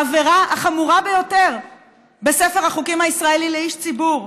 העבירה החמורה ביותר בספר החוקים הישראלי לאיש ציבור.